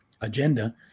agenda